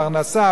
פרנסה,